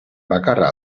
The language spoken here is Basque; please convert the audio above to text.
bakarra